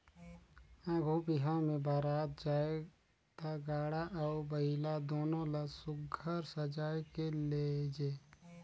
आघु बिहा मे बरात जाए ता गाड़ा अउ बइला दुनो ल सुग्घर सजाए के लेइजे